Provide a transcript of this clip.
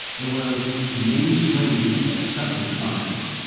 it was mainstream accepted science.